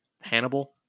Hannibal